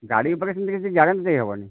ଗାଡ଼ି ଉପରେ ସେମିତି କିଛି ଗ୍ୟାରେଣ୍ଟି ଦେଇହେବନି